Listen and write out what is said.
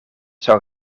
zou